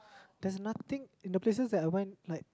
there's nothing in the places that I went like